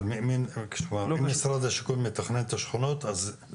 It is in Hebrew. אם משרד השיכון מתכנן את השכונות, אז זה מתוקצב.